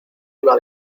iba